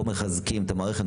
או מחזקים את המערכת,